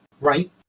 right